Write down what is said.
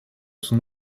son